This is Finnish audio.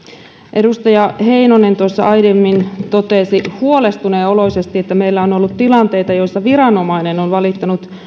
edustaja heinonen tuossa aiemmin totesi huolestuneen oloisesti että meillä on ollut tilanteita joissa viranomainen on valittanut